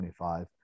25